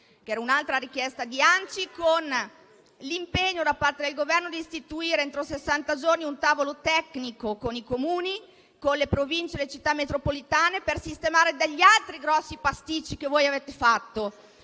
che era un'altra richiesta dell'ANCI, con l'impegno da parte del Governo di istituire entro sessanta giorni un tavolo tecnico con i Comuni, le Province e le Città metropolitane per sistemare degli altri grossi pasticci che voi avete fatto.